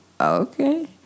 Okay